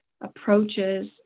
approaches